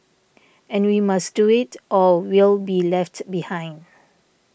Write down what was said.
and we must do it or we'll be left behind